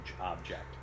object